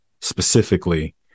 specifically